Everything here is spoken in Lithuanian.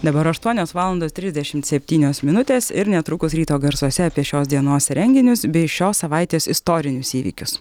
dabar aštuonios valandos trisdešimt septynios minutės ir netrukus ryto garsuose apie šios dienos renginius bei šios savaitės istorinius įvykius